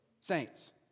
saints